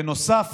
בנוסף,